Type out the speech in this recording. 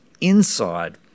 inside